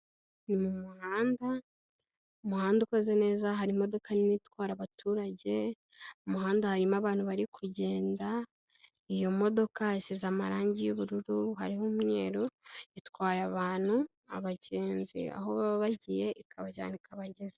Ni mu muhanda umuhanda ukoze neza hari imodoka nini itwara abaturage, umuhanda harimo abantu bari kugenda iyo modoka isize amarange y'ubururu hariho umweru itwaye abantu abagenzi aho baba bagiye ikabajyana ikabagezayo.